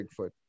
Bigfoot